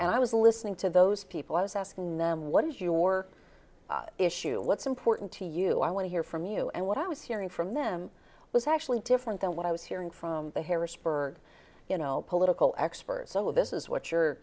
and i was listening to those people i was asking them what is your issue what's important to you i want to hear from you and what i was hearing from them was actually different than what i was hearing from the harrisburg you know political experts some of this is what your